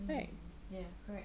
mm ya correct